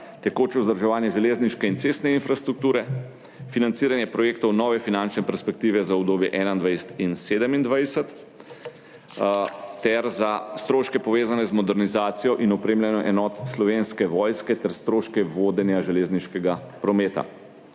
tekoče vzdrževanje železniške in cestne infrastrukture, financiranje projektov nove finančne perspektive za obdobje 2021–2027 ter za stroške, povezane z modernizacijo in opremljanje enot Slovenske vojske ter stroške vodenja železniškega prometa.